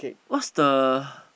what's the